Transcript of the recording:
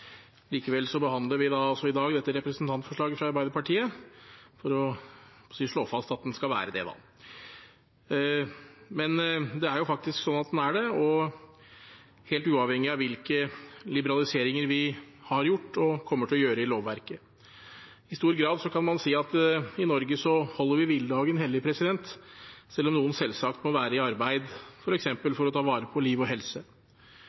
Likevel behandler vi i dag dette representantlovforslaget fra Arbeiderpartiet, for – jeg holdt på å si – å slå fast at den skal være det. Men den er faktisk det, helt uavhengig av hvilke liberaliseringer vi har gjort og kommer til å gjøre i lovverket. I stor grad kan man si at vi i Norge holder hviledagen hellig, selv om noen selvsagt må være i arbeid, f.eks. for å ta vare på liv og helse.